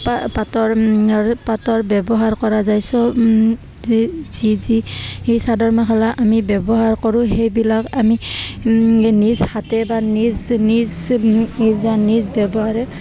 পাটৰ আৰু পাটৰ ব্যৱহাৰ কৰা যায় চব যি যি যি সেই চাদৰ মেখালা আমি ব্যৱহাৰ কৰোঁ সেইবিলাক আমি নিজ হাতে বা নিজ নিজ নিজা নিজ ব্যৱহাৰে